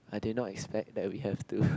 I did not expect that we have to